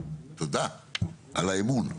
תודה על האמון.